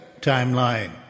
timeline